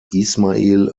ismail